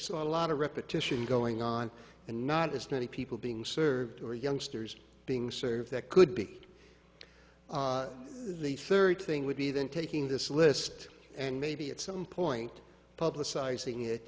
saw a lot of repetition going on and not as many people being served or youngsters being served that could be the third thing would be then taking this list and maybe at some point publicizing it